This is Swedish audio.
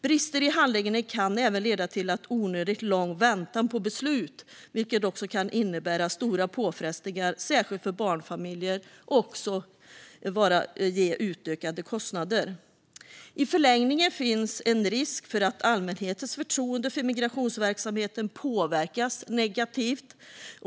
Brister i handläggningen kan även leda till onödigt lång väntan på beslut, vilket kan innebära stora påfrestningar, särskilt för barnfamiljer, och ökade kostnader. I förlängningen finns en risk för att allmänhetens förtroende för migrationsverksamheten påverkas negativt.